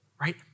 Right